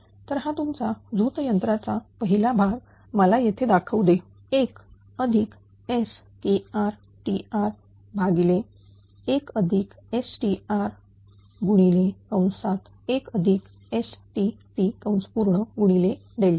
तर हा तुमचा झोत यंत्राचा पहिला भाग मला येथे दाखवू दे 1SKrTr 1STr1STt